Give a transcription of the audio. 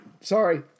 sorry